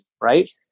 Right